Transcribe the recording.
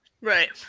right